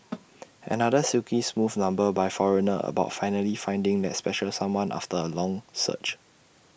another silky smooth number by foreigner about finally finding that special someone after A long search